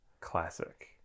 Classic